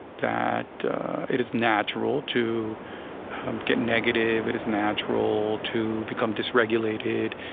that it is natural to get negative. it is natural to become disregulated.